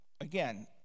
Again